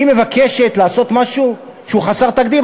היא מבקשת לעשות משהו חסר תקדים,